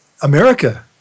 America